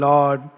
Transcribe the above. Lord